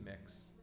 mix